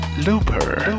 Looper